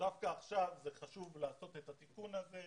דווקא עכשיו זה חשוב לעשות את התיקון הזה.